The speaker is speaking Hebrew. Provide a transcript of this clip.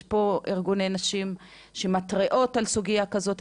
יש פה ארגוני נשים שמתריעות על סוגייה כזאת.